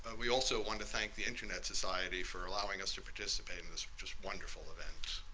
we also want to thank the internet society for allowing us to participate in this just wonderful event.